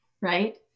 right